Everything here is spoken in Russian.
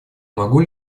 могу